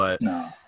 No